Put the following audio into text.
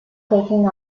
taking